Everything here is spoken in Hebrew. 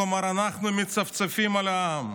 כלומר, אנחנו מצפצפים על העם.